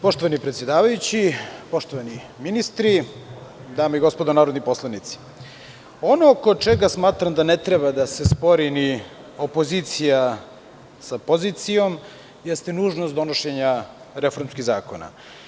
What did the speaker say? Poštovani predsedavajući, poštovani ministri, dame i gospodo narodni poslanici, ono oko čega smatram da ne treba da se spori ni opozicija sa pozicijom jeste dužnost donošenja reformskih zakona.